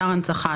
אתר הנצחה,